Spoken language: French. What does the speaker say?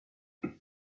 mais